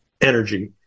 energy